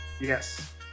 yes